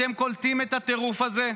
אתם קולטים את הטירוף הזה?